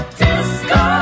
disco